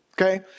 Okay